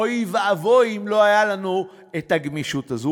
אוי ואבוי אם לא הייתה לנו הגמישות הזאת.